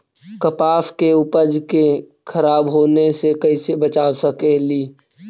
कपास के उपज के खराब होने से कैसे बचा सकेली?